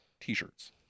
t-shirts